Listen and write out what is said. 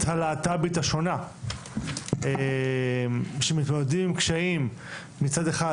הלהט"בית השונה שמתמודדים עם קשיים מצד אחד,